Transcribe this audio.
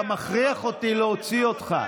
אתה מכריח אותי להוציא אותך.